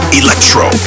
electro